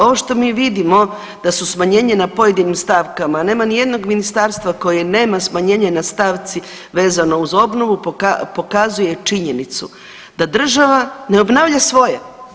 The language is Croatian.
Ovo što mi vidimo da su smanjenje na pojedinim stavkama nema nijednog ministarstva koje nema smanjenje na stavci vezano uz obnovu pokazuje činjenicu da država ne obnavlja svoje.